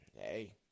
hey